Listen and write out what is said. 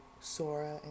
Sora